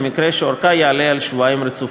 במקרה שאורכה יעלה על שבועיים רצופים.